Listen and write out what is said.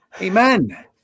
Amen